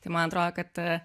tai man atrodo kad